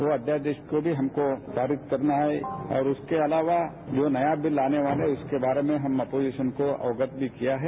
वो अध्यादेश को हमको पारित करना है और उसके अलावा जो नया बिल आने वाला है उसके बारे में हम अपोजिशन को अवगत भी किया है